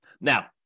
Now